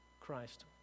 Christ